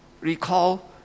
recall